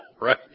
Right